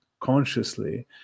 consciously